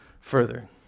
further